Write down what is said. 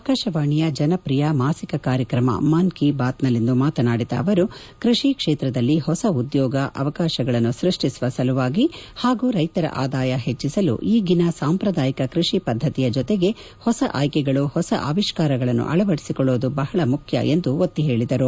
ಆಕಾರವಾಣಿಯ ಜನಪ್ರಿಯ ಮಾಸಿಕ ಕಾರ್ಯಕ್ರಮ ಮನ್ ಕಿ ಬಾತ್ನಲ್ಲಿಂದು ಮಾತನಾಡಿದ ಅವರು ಕೃಷಿ ಕ್ಷೇತ್ರದಲ್ಲಿ ಹೊಸ ಉದ್ಕೋಗ ಅವಕಾಶಗಳನ್ನು ಸೃಷ್ಟಿಸುವ ಸಲುವಾಗಿ ಹಾಗೂ ರೈತರ ಆದಾಯ ಹೆಚ್ಚಿಸಲು ಈಗಿನ ಸಾಂಪ್ರದಾಯಿಕ ಕೃಷಿ ಪದ್ದತಿಯ ಜೊತೆಗೆ ಹೊಸ ಆಯ್ಕೆಗಳು ಹೊಸ ಆವಿಷ್ಕಾರಗಳನ್ನು ಆಳವಡಿಸಿಕೊಳ್ಳುವುದು ಬಹಳ ಮುಖ್ಯ ಎಂದು ಒತ್ತಿ ಹೇಳಿದರು